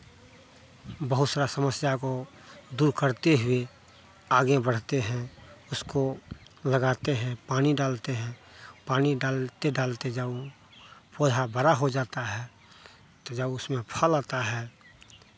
बहुत सारा समस्या को दूर करते हुए आगे बढ़ते हैं उसको लगाते हैं पानी डालते हैं पानी डालते डालते जाऊं पौधा बड़ा हो जाता है तो जब उसमें फल आता है